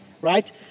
right